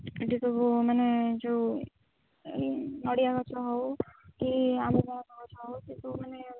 ଏଇଠି ସବୁ ମାନେ ଯେଉଁ ନଡ଼ିଆ ଗଛ ହେଉ କି ଆମ୍ବ ପଣସ ଗଛ ହେଉ ସେସବୁ ମାନେ